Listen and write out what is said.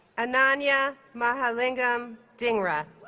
ananya mahalingam-dhingra